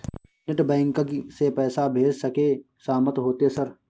Net banking से पैसा भेज सके सामत होते सर?